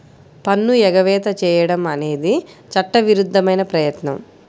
పన్ను ఎగవేత చేయడం అనేది చట్టవిరుద్ధమైన ప్రయత్నం